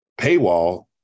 paywall